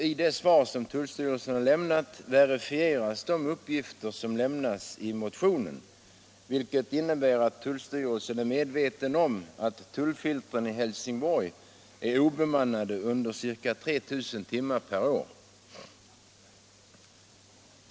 I tullstyrelsens svar verifieras de uppgifter som lämnats i motionen, vilket innebär att tullstyrelsen är medveten om att tullfiltren i Helsingborg är obemannade under ca 3 000 timmar per år.